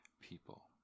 people